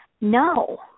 No